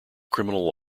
criminal